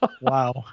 wow